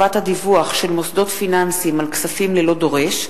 הצעת חוק חובת הדיווח של מוסדות פיננסיים על כספים ללא דורש,